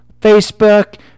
Facebook